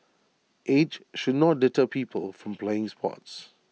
age should not deter people from playing sports